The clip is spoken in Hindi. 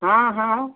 हाँ हाँ